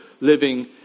living